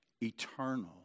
Eternal